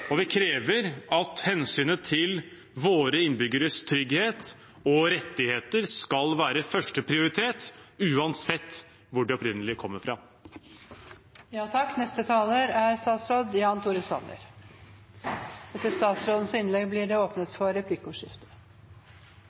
og vi krever at hensynet til våre innbyggeres trygghet og rettigheter skal være førsteprioritet uansett hvor de opprinnelig kommer fra.